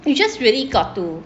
you just really got to